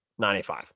95